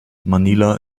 manila